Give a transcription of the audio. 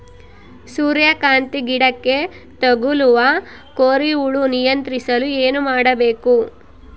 ಸೂರ್ಯಕಾಂತಿ ಗಿಡಕ್ಕೆ ತಗುಲುವ ಕೋರಿ ಹುಳು ನಿಯಂತ್ರಿಸಲು ಏನು ಮಾಡಬೇಕು?